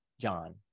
John